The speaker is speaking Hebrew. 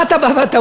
מה אתה בא ואומר?